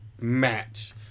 match